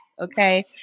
okay